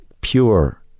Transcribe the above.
pure